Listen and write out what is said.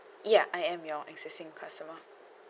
ya I am your existing customer